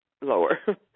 lower